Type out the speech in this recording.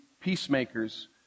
peacemakers